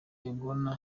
erdogan